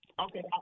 Okay